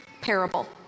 parable